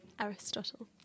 aristotle